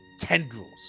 tendrils